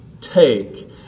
take